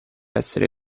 essere